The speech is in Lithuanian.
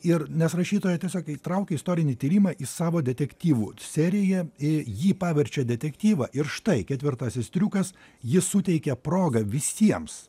ir nes rašytoja tiesiog įtraukė istorinį tyrimą į savo detektyvų seriją i jį paverčia detektyvą ir štai ketvirtasis triukas ji suteikia progą visiems